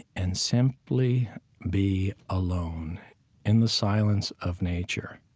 and simply be alone in the silence of nature,